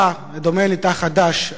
תא, בדומה לתא חד"ש,